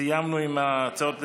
סיימנו עם ההצעות לסדר-היום.